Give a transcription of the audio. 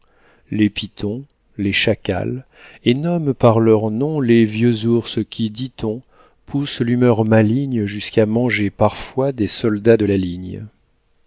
les pythons les chacals et nomment par leurs noms les vieux ours qui dit-on poussent l'humeur maligne jusqu'à manger parfois des soldats de la ligne